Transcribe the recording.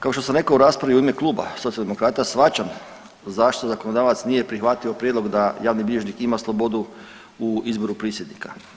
Kao što sam rekao u raspravi u ime Kluba Socijaldemokrata shvaćam zašto zakonodavac nije prihvatio prijedlog da javni bilježnik ima slobodu u izboru prisjednika.